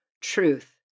truth